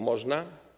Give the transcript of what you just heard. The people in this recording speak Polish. Można?